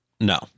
no